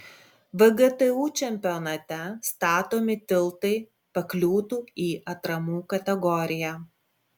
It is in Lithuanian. vgtu čempionate statomi tiltai pakliūtų į atramų kategoriją